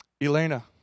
Elena